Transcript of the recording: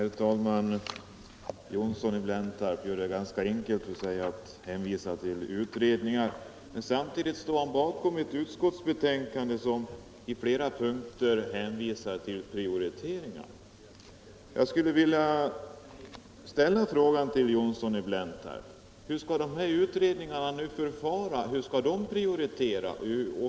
Herr talman! Herr Johnsson i Blentarp gör det ganska enkelt för sig genom att hänvisa till utredningar. Samtidigt står han emellertid bakom ett utskottsbetänkande som på flera punkter hänvisar till prioriteringar. Jag vill fråga herr Johnsson: Hur vill herr Johnsson att dessa utredningar skall prioritera?